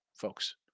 folks